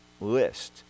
list